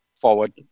forward